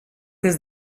des